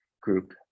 group